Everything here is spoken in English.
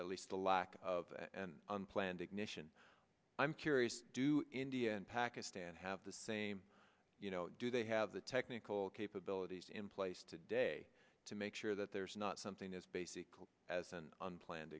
at least the lack of unplanned ignition i'm curious do india and pakistan have the same do they have the technical capabilities in place today to make sure that there's not something as basic as an unplanned